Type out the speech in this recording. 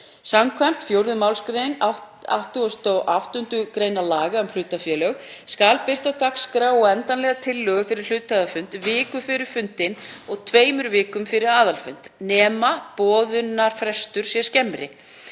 Samkvæmt 4. mgr. 88. gr. laga um hlutafélög skal birta dagskrá og endanlega tillögu fyrir hluthafafund viku fyrir fundinn og tveimur vikum fyrir aðalfund nema boðunarfrestur sé skemmri.